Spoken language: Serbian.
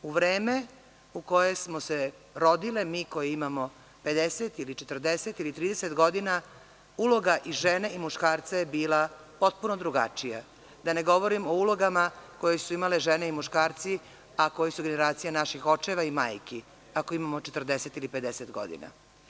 U vreme u koje smo se rodile, mi koje imamo 50 ili 40 ili 30 godina, uloga i žene i muškarca je bila potpuno drugačija, da ne govorim o ulogama koje su imale žene i muškarci, a koji su generacija naših očeva i majki, ako imamo 40 ili 50 godina.